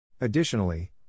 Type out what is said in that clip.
Additionally